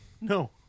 No